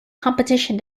competition